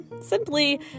simply